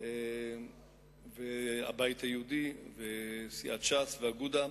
והבית היהודי וש"ס ואגודה,